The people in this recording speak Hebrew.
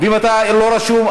ואם אתה לא רשום,